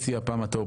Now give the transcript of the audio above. פעם אתה קואליציה,